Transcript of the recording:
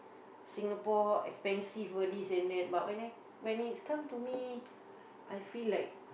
Singapore expensive all this and that but when it come to me I feel like